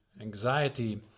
anxiety